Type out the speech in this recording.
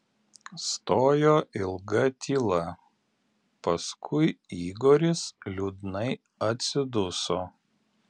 stojo ilga tyla paskui igoris liūdnai atsiduso